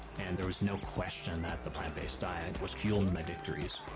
and there was no question that the plant-based diet was fueling my victories.